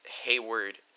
Hayward